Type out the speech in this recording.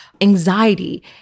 anxiety